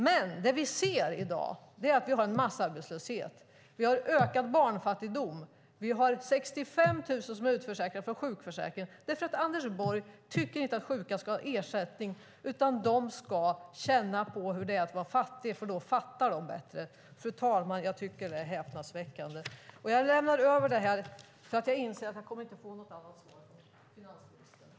Men det vi ser i dag är att vi har massarbetslöshet, att vi har ökad barnfattigdom och att vi har 65 000 som är utförsäkrade från sjukförsäkringen därför att Anders Borg tycker att sjuka inte ska ha ersättning utan ska känna på hur det är att vara fattig för att fatta bättre. Fru talman! Jag tycker att det är häpnadsväckande. Jag lämnar över biljetthäftet då jag inser att jag inte kommer att få något annat svar från finansministern.